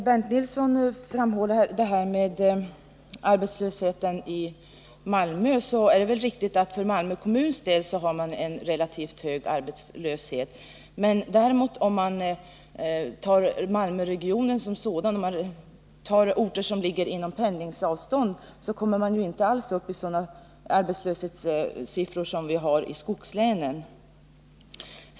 Fru talman! Det är riktigt, Bernt Nilsson, att arbetslösheten i Malmö kommun är relativt hög. Om man däremot ser på Malmöregionen som sådan, och räknar med orter som ligger inom pendlingsavstånd till Malmö, är arbetslöshetssiffrorna inte alls lika höga som i skogslänen.